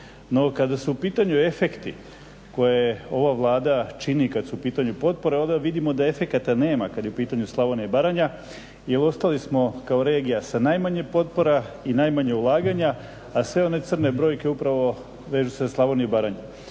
kada su u pitanju efekti koje ova Vlada čini kada su u pitanju potpore, onda vidimo da efekata nema kada je u pitanju Slavonija i Baranja jer ostali smo kao regija sa najmanje potpora i najmanje ulaganja, a sve one crne brojke upravo vežu se uz Slavoniju i Baranju.